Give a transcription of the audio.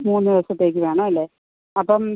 മൂന്ന് ദിവസത്തേക്ക് വേണമല്ലേ അപ്പം